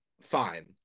fine